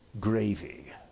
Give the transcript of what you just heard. gravy